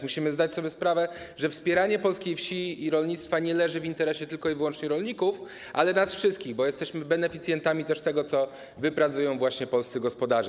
Musimy zdać sobie sprawę, że wspieranie polskiej wsi i rolnictwa nie leży w interesie tylko i wyłącznie rolników, ale nas wszystkich, bo jesteśmy beneficjentami tego, co wypracują polscy gospodarze.